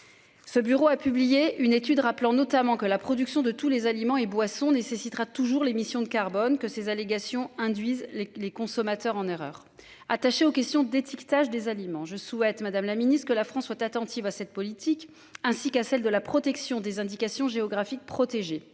Ce bureau a publié une étude, rappelant notamment que la production de tous les aliments et boissons nécessitera toujours l'émission de carbone que ces allégations induisent les consommateurs en erreur attachés aux questions d'étiquetage des aliments. Je souhaite Madame la Ministre que la France soit attentive à cette politique, ainsi qu'à celle de la protection des indications géographiques protégées